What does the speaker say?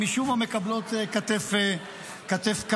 -- שמשום מה מקבלות כתף קרה.